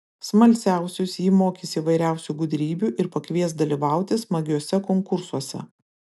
smalsiausius ji mokys įvairiausių gudrybių ir pakvies dalyvauti smagiuose konkursuose